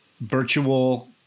virtual